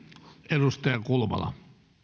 arvoisa